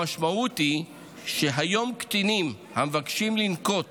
המשמעות היא שהיום קטינים המבקשים לנקוט